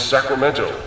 Sacramento